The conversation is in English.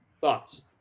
Thoughts